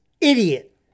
idiot